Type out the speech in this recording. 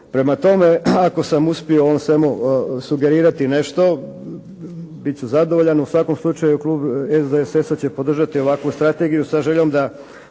Prema tome, ako sam u uspio u ovom svemu sugerirati nešto bit ću zadovoljan, u svakom slučaju Klub SDSS-a će podržati ovakvu Strategiju sa željom da